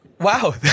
Wow